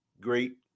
great